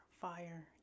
fire